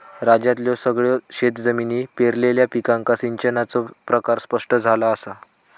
राज्यातल्यो सगळयो शेतजमिनी पेरलेल्या पिकांका सिंचनाचो प्रकार स्पष्ट झाला असा